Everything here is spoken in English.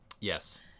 Yes